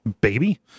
Baby